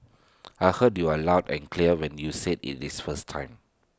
I heard you aloud and clear when you said IT in this first time